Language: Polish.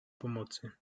pomocy